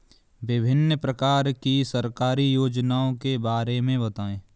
विभिन्न प्रकार की सरकारी योजनाओं के बारे में बताइए?